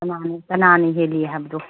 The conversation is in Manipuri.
ꯀꯅꯥꯅ ꯀꯅꯥꯅ ꯍꯦꯜꯂꯤ ꯍꯥꯏꯕꯗꯣ